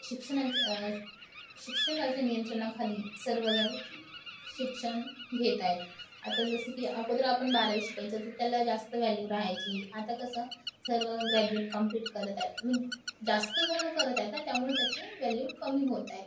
शिक्षणाच्या शिक्षकाच्या नियंत्रणाखाली सर्वजण शिक्षण घेत आहेत आता जसं की अगोदर आपण बारावी शिकायचो तर त्याला जास्त वॅल्यू रहायची आता कसं सर्व ग्रॅजुएट कंप्लीट करत आहेत म्हण जास्त जणं करत आहेत ना त्यामुळे त्याची वॅल्यू कमी होत आहेत